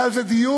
היה על זה דיון,